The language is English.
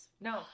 No